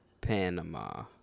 Panama